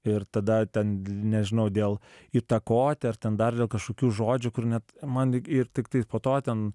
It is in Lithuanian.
ir tada ten nežinau dėl įtakoti ar ten dar dėl kažkokių žodžių kur net man ir tiktai po to ten